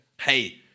Hey